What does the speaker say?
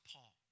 Paul